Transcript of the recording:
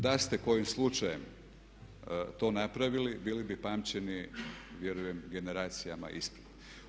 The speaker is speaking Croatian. Da ste kojim slučajem to napravili bili bi pamćeni vjerujem generacijama ispred.